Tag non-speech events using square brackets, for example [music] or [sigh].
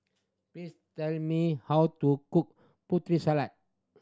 please tell me how to cook [unintelligible] salad